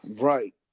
Right